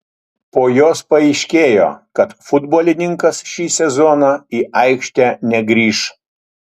po jos paaiškėjo kad futbolininkas šį sezoną į aikštę negrįš